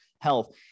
health